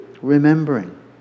remembering